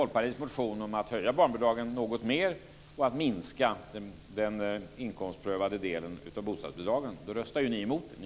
Folkpartiets motion om att höja barnbidragen något mer och att minska den inkomstprövade delen av bostadsbidragen, röstar ni ju emot det.